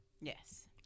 Yes